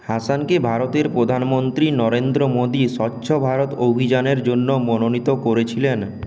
হাসানকে ভারতের প্রধানমন্ত্রী নরেন্দ্র মোদি স্বচ্ছ ভারত অভিযানের জন্য মনোনীত করেছিলেন